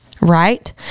right